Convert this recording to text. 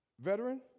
Veteran